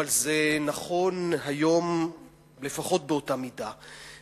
אבל זה נכון היום לפחות באותה מידה.